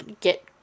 get